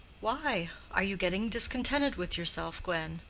why? are you getting discontented with yourself, gwen?